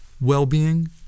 well-being